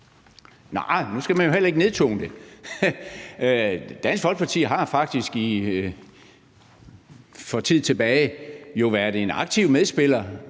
men nu skal man jo heller ikke nedtone det. Dansk Folkeparti har faktisk for noget tid tilbage jo været en aktiv medspiller.